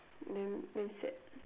than very sad